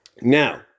Now